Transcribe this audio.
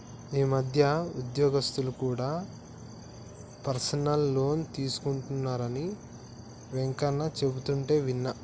ఈ మధ్య ఉద్యోగస్తులు కూడా పర్సనల్ లోన్ తీసుకుంటున్నరని వెంకన్న చెబుతుంటే విన్నా